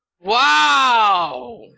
Wow